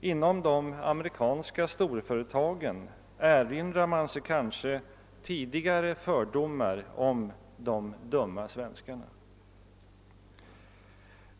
Inom de amerikanska storföretagen erinrar man sig kanske tidigare fördomar om »de dumma svenskarna«.